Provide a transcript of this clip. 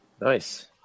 Nice